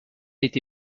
été